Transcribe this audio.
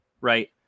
right